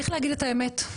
צריך להגיד את האמת,